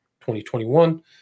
2021